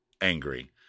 angry